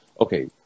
okay